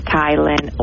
Thailand